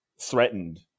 threatened